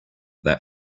that